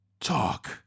talk